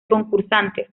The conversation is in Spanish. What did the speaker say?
concursantes